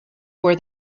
were